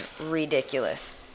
ridiculous